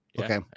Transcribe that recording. Okay